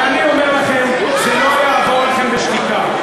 ואני אומר לכם, זה לא יעבור לכם בשתיקה.